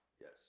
Yes